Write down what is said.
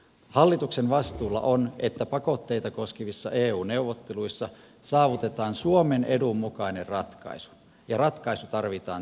hallituksen vastuulla on että pakotteita koskevissa eu neuvotteluissa saavutetaan suomen edun mukainen ratkaisu ja ratkaisu tarvitaan tänä syksynä